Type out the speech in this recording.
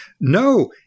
No